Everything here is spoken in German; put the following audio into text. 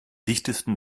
dichtesten